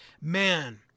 Man